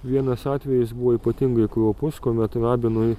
vienas atvejis buvo ypatingai kraupus kuomet rabinui